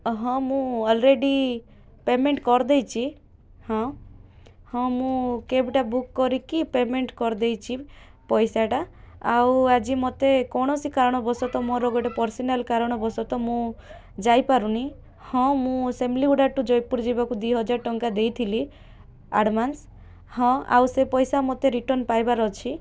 ହଁ ମୁଁ already payment କରିଦେଇଛି ହଁ ହଁ ମୁଁ କ୍ୟାବ୍ଟା ବୁକ୍ କରିକି ପେମେଣ୍ଟ୍ କରିଦେଇଛି ପଇସାଟା ଆଉ ଆଜି ମତେ କୌଣସି କାରଣବଶତଃ ମୋର ଗୋଟେ ପର୍ସନାଲ୍ କାରଣବଶତଃ ମୁଁ ଯାଇପାରୁନି ହଁ ମୁଁ ସେମିଳିଗୁଡ଼ା ଟୁ ଜୟପୁର ଯିବାକୁ ଦୁଇ ହଜାର ଟଙ୍କା ଦେଇଥିଲି ଆଡ଼ଭାନ୍ସ ହଁ ଆଉ ସେ ପଇସା ମତେ ରିଟର୍ଣ୍ଣ ପାଇବାର ଅଛି